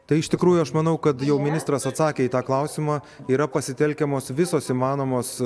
tai iš tikrųjų aš manau kad jau ministras atsakė į tą klausimą yra pasitelkiamos visos įmanomos